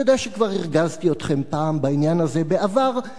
אני יודע שכבר הרגזתי אתכם פעם בעניין הזה בעבר,